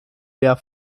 der